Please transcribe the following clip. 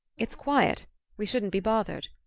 it's quiet we shouldn't be bothered.